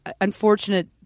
unfortunate